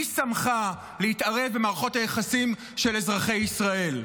מי שמך להתערב במערכות היחסים של אזרחי ישראל?